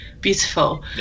beautiful